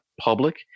public